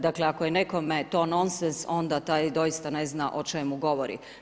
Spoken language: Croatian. Dakle, ako je nekome to nonsens, onda taj doista ne zna o čemu govori.